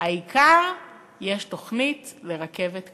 אבל העיקר: יש תוכנית לרכבת קלה.